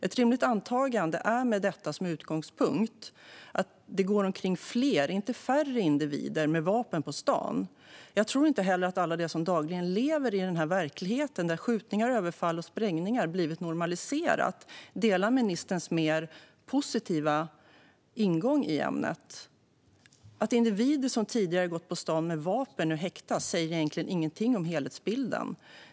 Ett rimligt antagande är med detta som utgångspunkt att det går omkring fler individer med vapen på stan, inte färre. Jag tror inte heller att alla de som dagligen lever i den här verkligheten, där skjutningar, överfall och sprängningar normaliserats, delar ministerns mer positiva ingång till ämnet. Att individer som tidigare gått på stan med vapen nu häktas säger egentligen ingenting om helhetsbilden.